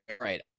right